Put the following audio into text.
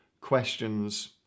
questions